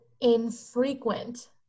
infrequent